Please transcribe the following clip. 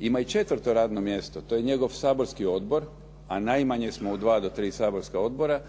Ima i četvrto radno mjesto, to je njegov saborski odbor a najmanje smo u dva do tri saborska odbora.